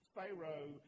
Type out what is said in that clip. Pharaoh